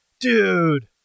dude